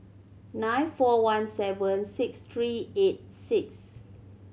nine four one seven six three eight six